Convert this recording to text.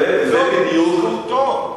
זאת זכותו.